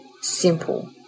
simple